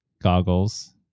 goggles